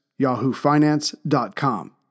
YahooFinance.com